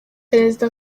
perezida